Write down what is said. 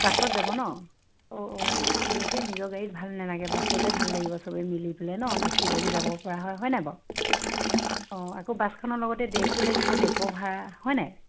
বাছত যাব ন অঁ অঁ ঠিক আছে নিজৰ গাড়ীত ভাল নালাগে বাছতে ভাল লাগিব চবেই মিলি পেলাই ন নাচি বাগি যাব পৰা হয় হয় নাই বাৰু অঁ আকৌ বাছখনৰ লগতে ডেকো লাগিব ডেকৰ ভাড়া হয় নাই